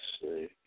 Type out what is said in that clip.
see